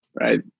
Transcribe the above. right